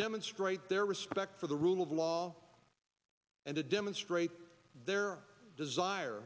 demonstrate their respect for the rule of law and to demonstrate their desire